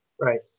right